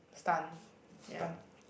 stun ya